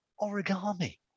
origami